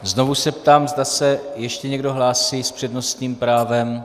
Znovu se ptám, zda se ještě někdo hlásí s přednostním právem.